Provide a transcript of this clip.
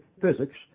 physics